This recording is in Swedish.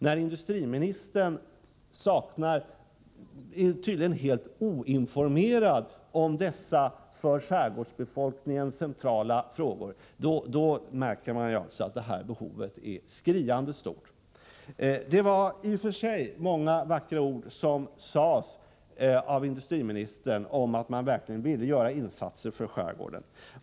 När industriministern tydligen är helt oinformerad om dessa för skärgårdsbefolkningen centrala frågor märker man att behovet av samordning är skriande stort. Det var i och för sig många vackra ord som sades av industriministern om att man verkligen vill göra insatser för skärgården.